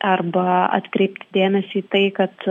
arba atkreipti dėmesį į tai kad